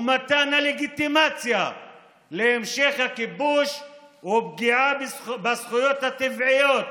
ומתן הלגיטימציה להמשך הכיבוש ופגיעה בזכויות הטבעיות